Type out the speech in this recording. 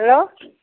hello